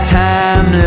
time